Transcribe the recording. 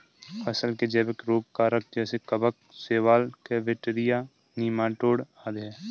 फसल के जैविक रोग कारक जैसे कवक, शैवाल, बैक्टीरिया, नीमाटोड आदि है